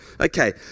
Okay